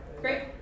Great